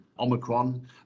Omicron